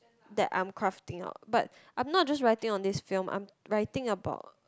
that I'm crafting out but I'm not just writing on this film I'm writing about